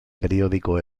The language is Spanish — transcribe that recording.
periódico